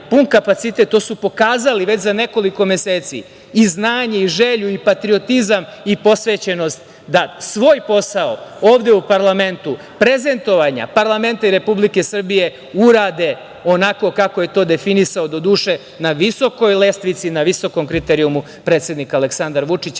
pun kapacitet. To su pokazali već za nekoliko meseci i znanje, i želju, i patriotizam, i posvećenost, da svoj posao ovde u parlamentu, prezentovanje parlamenta Republike Srbije urade onako kako je to definisao, doduše na visokoj lestvici, na visokom kriterijumu, predsednik Aleksandar Vučić.